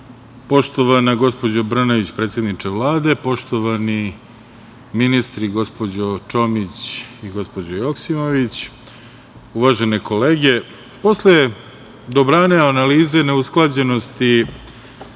gospođo Brnabić, predsedniče Vlade, poštovani ministri, gospođo Čomić i gospođo Joksimović, uvažene kolege, posle dobrane analize na usklađenosti